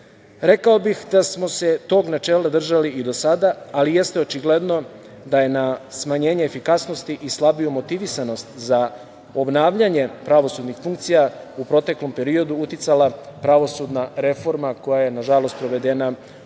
Rekao bih da smo se tog načela držali i do sada, ali jeste očigledno da je na smanjenje efikasnosti i slabiju motivisanost za obnavljanje pravosudnih funkcija u proteklom periodu uticala pravosudna reforma koja je na žalost sprovedena u